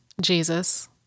Jesus